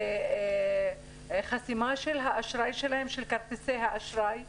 זה חסימה של כרטיסי האשראי שלהם,